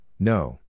No